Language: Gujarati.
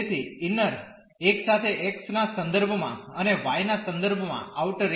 તેથી ઇન્નર એક સાથે x ના સંદર્ભમાં અને y ના સંદર્ભમાં આઉટર એક